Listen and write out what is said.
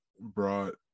brought